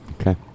Okay